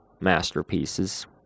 masterpieces